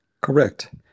Correct